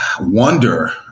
wonder